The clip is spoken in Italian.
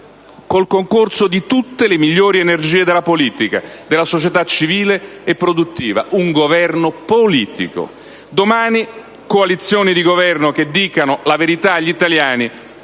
il concorso di tutte le migliori energie della politica, della società civile e produttiva: un Governo politico. Domani, costruire coalizioni di Governo che dicano la verità agli italiani